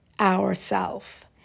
ourself